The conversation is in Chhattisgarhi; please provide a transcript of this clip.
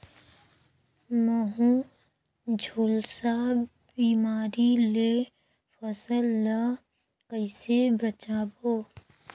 महू, झुलसा बिमारी ले फसल ल कइसे बचाबो?